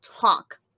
talk